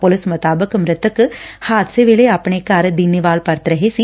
police ਮੁਤਾਬਕ ਮੁਤਕ ਹਾਦਸੇ ਵੇਲੇ ਆਪਣੇ ਘਰ ਦੀਨੇਵਾਲ ਪਰਤ ਰਹੇ ਸੀ